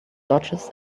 dodges